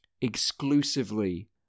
exclusively